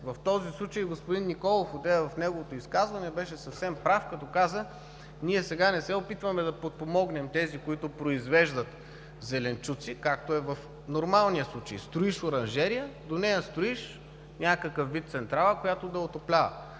В този случай господин Николов в неговото изказване беше съвсем прав, като каза: „Ние сега не се опитваме да подпомогнем тези, които произвеждат зеленчуци, както е в нормалния случай – строиш оранжерия, до нея строиш някакъв вид централа, която да я отоплява,